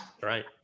Right